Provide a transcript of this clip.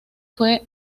fue